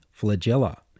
flagella